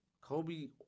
Kobe